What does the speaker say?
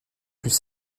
plus